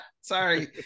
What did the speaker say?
Sorry